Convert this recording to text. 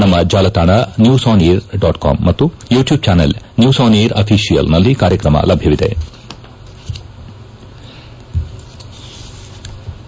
ನಮ್ಮ ಜಾಲತಾಣ news on air dot com ಮತ್ತು ಯುಟ್ಕೂಬ್ ಜಾನೆಲ್ ನ್ಯೂಸ್ ಆನ್ಏರ್ ಆಫೀಸಿಯಲ್ನಲ್ಲಿ ಕಾರ್ಯಕ್ರಮ ಲಭ್ಯವಿರುತ್ತದೆ